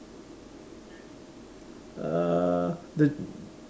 uh th~